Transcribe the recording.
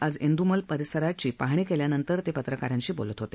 आज crew mill परिसराची पाहणी केल्यानंतर ते पत्रकारांशी बोलत होते